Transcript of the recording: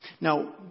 Now